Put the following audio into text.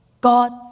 God